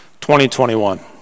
2021